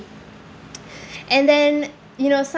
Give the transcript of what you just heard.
and then you know some